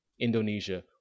Indonesia